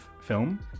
film